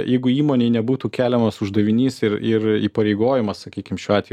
jeigu įmonei nebūtų keliamas uždavinys ir ir įpareigojimas sakykim šiuo atveju